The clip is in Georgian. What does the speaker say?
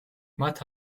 მათ